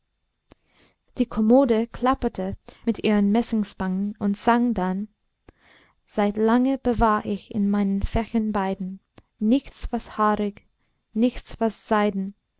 die kommode klapperte mit ihren messingspangen und sang dann seit lange bewahr ich in meinen fächern beiden nichts was haarig nichts was seiden